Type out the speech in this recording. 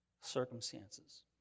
circumstances